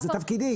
זה תפקידי.